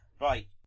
right